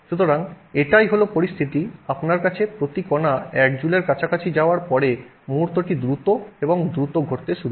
সুতরাং এটাই হল পরিস্থিতি আপনার কাছে প্রতি কনা 1 জুলের কাছাকাছি যাওয়ার পরে মুহূর্তটি দ্রুত এবং দ্রুত ঘটতে শুরু করে